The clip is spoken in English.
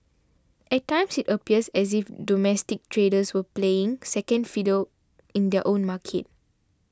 at times it appears as if domestic traders were playing second fiddle in their own market